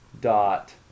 dot